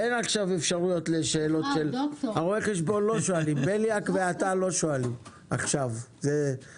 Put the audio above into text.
יש פה דוקטורים מאחורי האירוע הזה אבל בסוף ללקוח יש מספר.